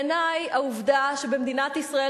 בעיני העובדה שבמדינת ישראל,